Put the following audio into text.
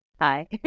Hi